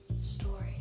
story